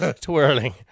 Twirling